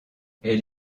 elle